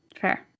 Fair